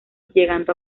llegando